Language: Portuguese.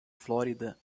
flórida